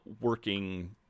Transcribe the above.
working